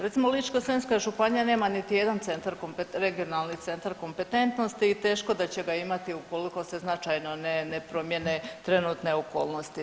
Recimo Ličko-senjska županija nema niti jedan centar, regionalni centar kompetentnosti i teško da će ga imati ukoliko se značajno ne promijene trenutne okolnosti.